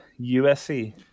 USC